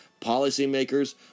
policymakers